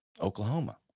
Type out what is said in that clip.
Oklahoma